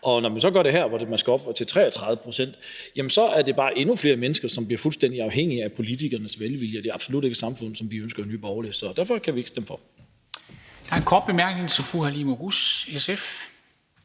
Og når man så gør det her, hvor man skal op på 33 pct., er det bare endnu flere mennesker, som bliver fuldstændig afhængige af politikernes velvilje. Det er absolut ikke et samfund, som vi i Nye Borgerlige ønsker, så derfor kan vi ikke stemme for. Kl. 18:07 Formanden (Henrik Dam